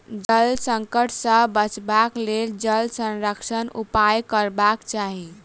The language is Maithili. जल संकट सॅ बचबाक लेल जल संरक्षणक उपाय करबाक चाही